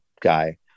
guy